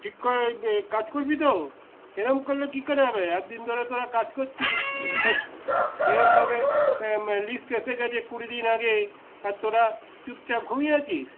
ঠিক করে কাজ করবি তো এরকম করলে কী করে হবে এতদিন ধরে তোরা কাজ করছিস এরকমভাবে লিস্ট এসে গেছে কুড়ি দিন আগে আর তোরা চুপচাপ ঘুমিয়ে আছিস